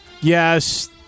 Yes